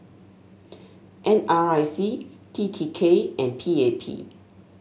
N R I C T T K and P A P